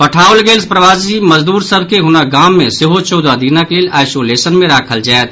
पठाओल गेल प्रवासी मजदूर सभ के हुनक गाम मे सेहो चौदह दिनक लेल आसोलेशन मे राखल जायत